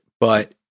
but-